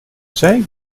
zij